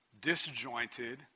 disjointed